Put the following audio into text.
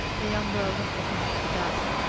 the young girl looked at him through the dusk.